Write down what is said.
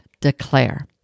declare